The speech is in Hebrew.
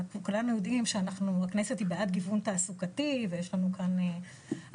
הרי כולנו יודעים שהכנסת היא בעד גיוון תעסוקתי ויש לנו כאן הרבה